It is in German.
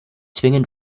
zwingend